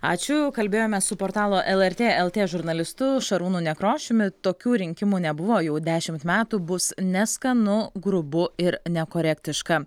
ačiū kalbėjome su portalo lrt lt žurnalistu šarūnu nekrošiumi tokių rinkimų nebuvo jau dešimt metų bus neskanu grubu ir nekorektiška